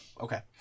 Okay